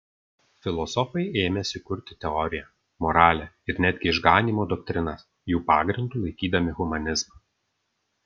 filosofai ėmėsi kurti teoriją moralę ir netgi išganymo doktrinas jų pagrindu laikydami humanizmą